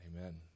Amen